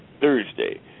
Thursday